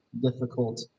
difficult